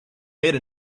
made